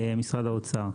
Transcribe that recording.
משרד האוצר.